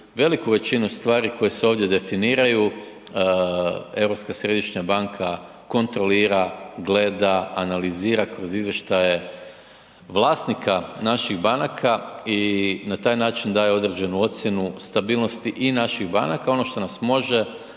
veliku većinu stvari koju se ovdje definiraju Europska središnja banka kontrolira, gleda, analizira kroz izvještaje vlasnika naših banaka i na taj način daje određenu ocjenu stabilnosti i naših banaka. Ono što nas može